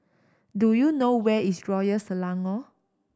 do you know where is Royal Selangor